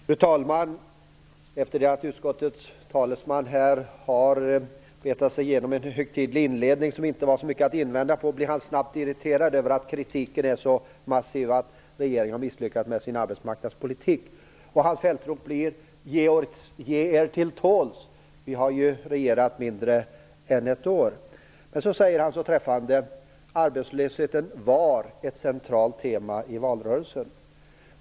Fru talman! Efter det att utskottets talesman här har betat sig igenom en högtidligt inledning - där det inte fanns så mycket invändningar blev han snabbt irriterad över att kritiken är så massiv över att regeringen har misslyckats med sin arbetsmarknadspolitik. Hans fältrop blir: Ge er till tåls, vi har ju regerat kortare tid än ett år. Sedan sade han så träffade: Arbetslösheten var ett centralt tema i valrörelsen.